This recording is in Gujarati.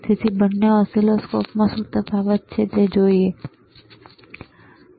તેથી બંને ઓસિલોસ્કોપ ચાલો જોઈએ કે શું તફાવત છે